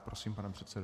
Prosím, pane předsedo.